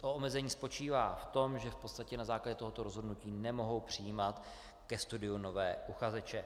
Omezení spočívá v tom, že v podstatě na základě tohoto rozhodnutí nemohou přijímat ke studiu nové uchazeče.